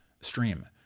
stream